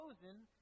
chosen